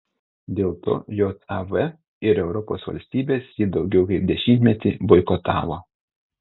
dėl to jav ir europos valstybės jį daugiau kaip dešimtmetį boikotavo